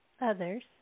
others